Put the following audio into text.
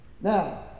Now